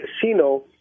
casino